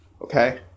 okay